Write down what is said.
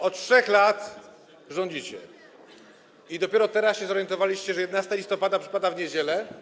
Od 3 lat rządzicie i dopiero teraz się zorientowaliście, że 11 listopada przypada w niedzielę?